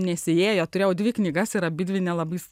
nesiėjo turėjau dvi knygas ir abidvi nelabai